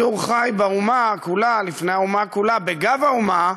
בשידור חי לפני האומה כולה, ב"גב האומה",